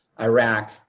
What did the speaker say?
Iraq